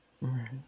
Right